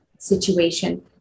situation